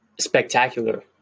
spectacular